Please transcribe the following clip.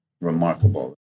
remarkable